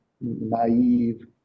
naive